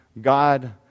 God